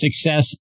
success